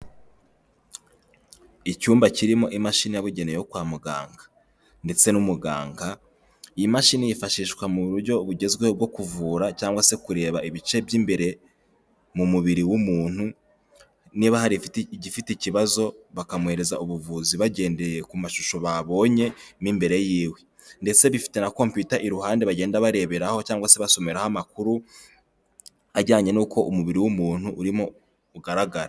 Icyumba kirimo imashini yabugenewe yo kwa muganga ndetse n'umuganga, iyimashini yifashishwa mu buryo bugezweho bwo kuvura cyangwa se kureba ibice by'imbere mu mubiri w'umuntu, niba hari igifite ikibazo bakamwohereza ubuvuzi bagendeye ku mashusho babonyemo imbere yiiwe. Ndetse bifite na computer iruhande bagenda bareberaho, cyangwa se basomeraho amakuru ajyanye n'uko umubiri w'umuntu urimo ugaragara.